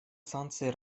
санкции